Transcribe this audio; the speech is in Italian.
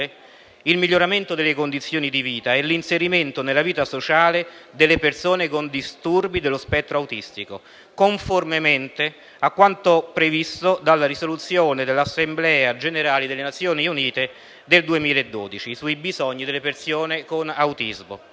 il miglioramento delle condizioni di vita e l'inserimento nella vita sociale delle persone con disturbi dello spettro autistico, conformemente a quanto previsto dalla risoluzione dell'Assemblea generale delle Nazioni Unite del 2012 sui bisogni delle persone con autismo.